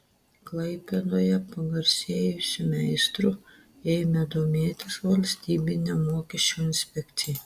klaipėdoje pagarsėjusiu meistru ėmė domėtis valstybinė mokesčių inspekcija